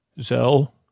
Zell